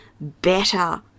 better